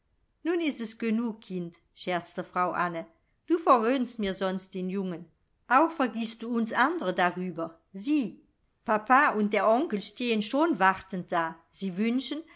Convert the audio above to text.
nun ist es genug kind scherzte frau anne du verwöhnst mir sonst den jungen auch vergißt du uns andre darüber sieh papa und der onkel stehen schon wartend da sie wünschen